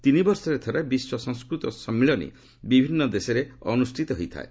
ତିନିବର୍ଷରେ ଥରେ ବିଶ୍ୱ ସଂସ୍କୃତ ସମ୍ମିଳନୀ ବିଭିନ୍ନ ଦେଶରେ ଅନୁଷ୍ଠିତ ହୋଇଥାଏ